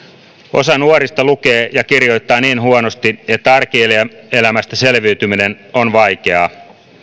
osa nuorista lukee ja kirjoittaa niin huonosti että arkielämästä selviytyminen on vaikeaa